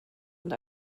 und